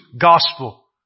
Gospel